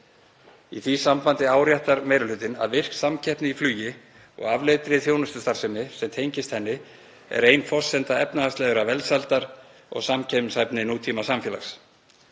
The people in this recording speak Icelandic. Í því sambandi áréttar meiri hlutinn að virk samkeppni í flugi og afleiddri þjónustustarfsemi sem tengist henni er ein forsenda efnahagslegrar velsældar og samkeppnishæfni nútímasamfélags.